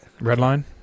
Redline